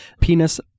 penis